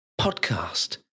podcast